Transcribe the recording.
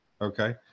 okay